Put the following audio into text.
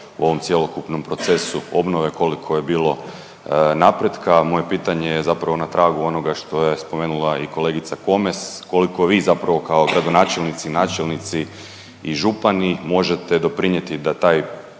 u ovom cjelokupnom procesu obnove, koliko je bilo napretka. Moje pitanje je zapravo na tragu onoga što je spomenula i kolegica Komes. Koliko vi zapravo kao gradonačelnici, načelnici i župani možete doprinijeti da taj